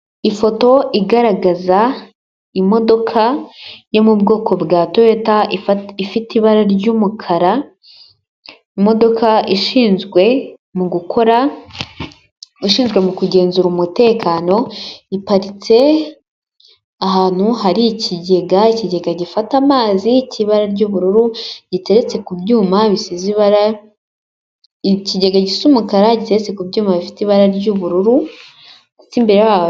Ifoto igaragaza imodoka yo mu bwoko bwa toyota ifite ibara ry'umukara, imodoka ishinzwe mu gukora ushinzwe mu kugenzura umutekano iparitse ahantu hari ikigega, ikigega gifata amazi cy'ibara ry'ubururu giteretse ku byuma bisize ibarara ikigega cy'umukara gisa umukara giteretse ku byuma bifite ibara ry'ubururu ndetse imbere.